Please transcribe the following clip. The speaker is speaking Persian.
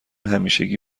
همیشگی